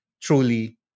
truly